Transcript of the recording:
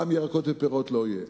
מע"מ על ירקות ופירות לא יהיה.